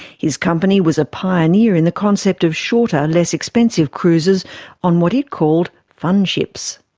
his company was a pioneer in the concept of shorter, less expensive cruises on what it called fun ships.